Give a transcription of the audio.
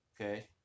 okay